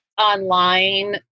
online